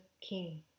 king